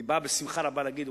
היא באה בשמחה רבה להגיד,